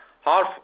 Half